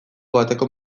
bateko